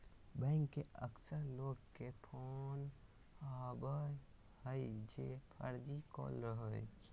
bank से अक्सर लोग के फोन आवो हइ जे फर्जी कॉल रहो हइ